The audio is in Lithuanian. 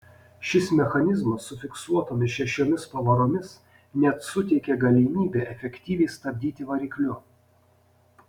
šis mechanizmas su fiksuotomis šešiomis pavaromis net suteikė galimybę efektyviai stabdyti varikliu